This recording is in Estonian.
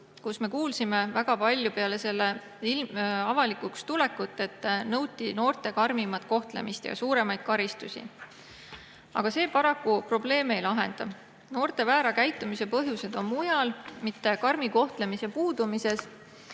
kus me kuulsime väga palju peale selle avalikuks tulekut, et nõuti noorte karmimat kohtlemist ja suuremaid karistusi, aga see paraku probleeme ei lahenda. Noorte väära käitumise põhjused on mujal, mitte karmi kohtlemise puudumises.